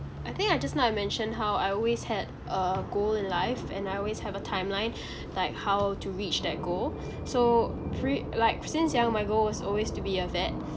I think like just now I mentioned how I always had a goal in life and I always have a timeline like how to reach that goal so pre~ like since young my goal was always to be a vet